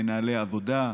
מנהלי עבודה,